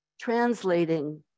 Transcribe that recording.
translating